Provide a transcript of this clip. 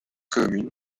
commune